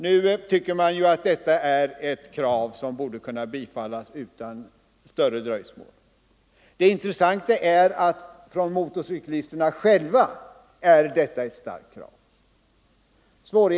Det förefaller som om detta är ett krav som borde kunna bifallas utan större dröjsmål. Det intressanta är att detta är ett starkt önskemål från motorcyklisterna själva.